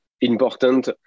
important